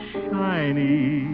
shiny